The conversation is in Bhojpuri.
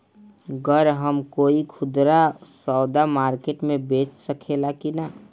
गर हम कोई खुदरा सवदा मारकेट मे बेच सखेला कि न?